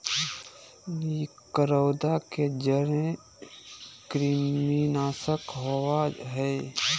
करौंदा के जड़ कृमिनाशक होबा हइ